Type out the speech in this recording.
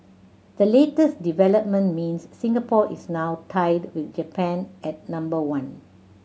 the latest development means Singapore is now tied with Japan at number one